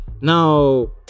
now